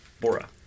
bora